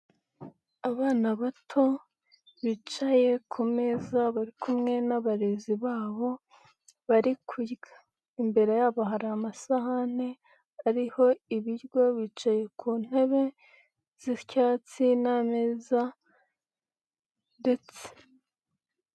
Abana bato bicaye ku meza, bari kumwe nabarezi babo bari kurya. Imbere yabo hari amasahani ariho ibiryo, bicaye ku ntebe z'icyatsi n'ameza.